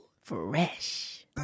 Fresh